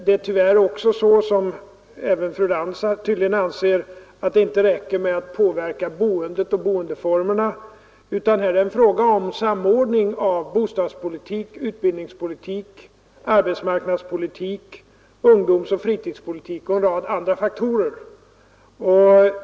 Det är tyvärr så — som även fru Lantz tydligen anser — att det inte räcker med att påverka boendet och boendeformerna, utan här är det fråga om en samordning av bostadspolitik, utbildningspolitik, arbetsmarknadspolitik, ungdomsoch fritidspolitik och en rad andra faktorer.